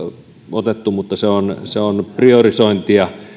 otettu mutta se on se on priorisointia